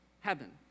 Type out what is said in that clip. heaven